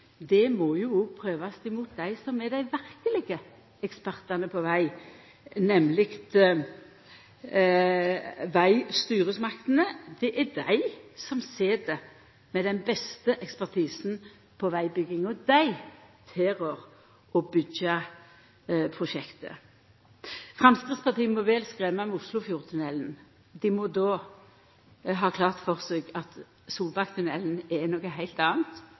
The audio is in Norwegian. rapporten, må òg prøvast mot dei som er dei verkelege ekspertane på veg, nemleg vegstyresmaktene. Det er dei som sit med den beste ekspertisen på vegbygging, og dei tilrår å byggja prosjektet. Framstegspartiet må vel skremma med Oslofjordtunnelen. Dei må då ha klart for seg at Solbakktunnelen er noko heilt anna